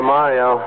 Mario